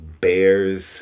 Bears